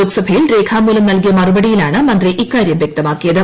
ലോക്സഭയിൽ രേഖാമൂലം നൽകിയ മറുപടിയിലാണ് മുന്തി ഇക്കാര്യം വ്യക്തമാക്കിയത്